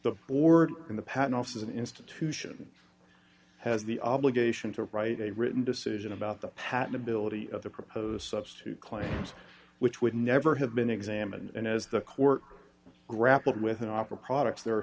the board in the patent office is an institution has the obligation to write a written decision about the patentability of the proposed substitute claims which would never have been examined and as the court grappled with an opera products there are